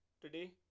Today